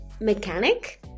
mechanic